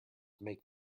make